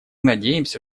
надеемся